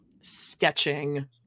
sketching